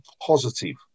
positive